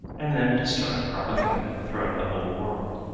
and then to start a propaganda throughout the whole world.